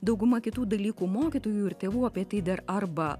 dauguma kitų dalykų mokytojų ir tėvų apie tai dar arba